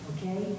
Okay